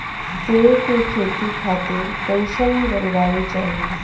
सेब के खेती खातिर कइसन जलवायु चाही?